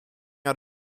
out